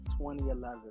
2011